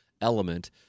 element